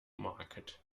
market